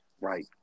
Right